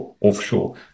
offshore